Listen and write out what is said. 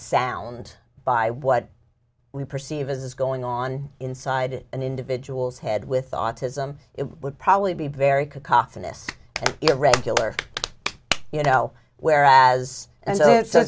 sound by what we perceive as going on inside an individual's head with autism it would probably be very kocsis irregular you know whereas so